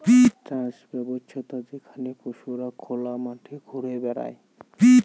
চাষ ব্যবছ্থা যেখানে পশুরা খোলা মাঠে ঘুরে বেড়ায়